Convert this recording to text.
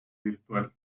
virtual